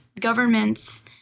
governments